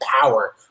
power